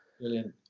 Brilliant